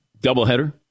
doubleheader